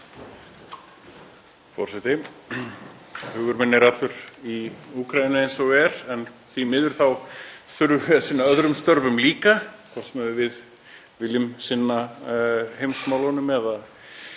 Forseti. Hugur minn er allur hjá Úkraínu eins og er en því miður þá þurfum við að sinna öðrum störfum líka, hvort sem við viljum sinna heimsmálunum eða